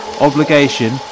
obligation